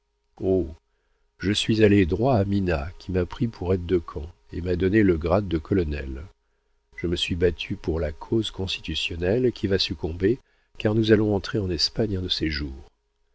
je suis allé droit à mina qui m'a pris pour aide-de-camp et m'a donné le grade de colonel je me suis battu pour la cause constitutionnelle qui va succomber car nous allons entrer en espagne un de ces jours